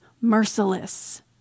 merciless